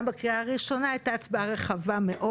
גם בקריאה הראשונה הייתה הצבעה רחבה מאוד.